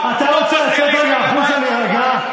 אתה רוצה לצאת רגע החוצה להירגע?